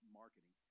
marketing